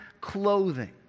clothing